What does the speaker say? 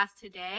today